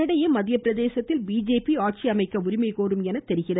இதனிடையே மத்திய பிரதேசத்தில் பிஜேபி ஆட்சி அமைக்க உரிமை கோரும் என தெரிகிறது